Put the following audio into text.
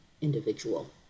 individual